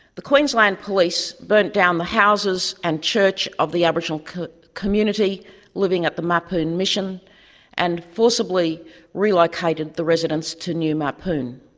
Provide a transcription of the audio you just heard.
the queensland police burnt down the houses and church of the aboriginal community living at the mapoon mission and forcibly relocated the residents to new mapoon.